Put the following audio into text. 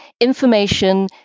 information